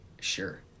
Sure